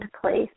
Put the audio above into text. place